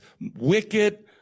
wicked